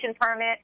permit